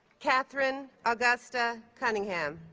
kathryn augusta cunningham